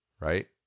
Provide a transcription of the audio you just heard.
right